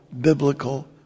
biblical